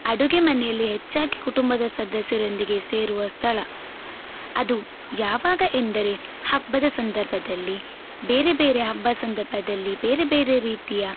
ಅಡುಗೆ ಮನೆಯಲ್ಲಿ ಹೆಚ್ಚಾಗಿ ಕುಟುಂಬದ ಸದಸ್ಯರೊಂದಿಗೆ ಸೇರುವ ಸ್ಥಳ ಅದು ಯಾವಾಗ ಎಂದರೆ ಹಬ್ಬದ ಸಂದರ್ಭದಲ್ಲಿ ಬೇರೆ ಬೇರೆ ಹಬ್ಬ ಸಂದರ್ಭದಲ್ಲಿ ಬೇರೆ ಬೇರೆ ರೀತಿಯ